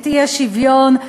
את האי-שוויון.